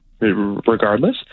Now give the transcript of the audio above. regardless